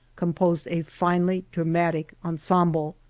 composed a finely dramatic ensemble.